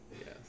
Yes